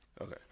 Okay